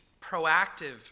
proactive